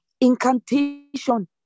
incantation